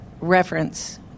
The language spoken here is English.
reference